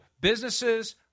businesses